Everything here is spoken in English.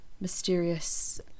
mysterious